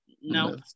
no